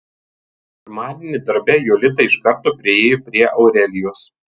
pirmadienį darbe jolita iš karto priėjo prie aurelijos